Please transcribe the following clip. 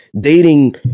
dating